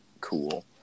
cool